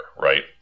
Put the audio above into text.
right